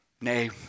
Nay